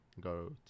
go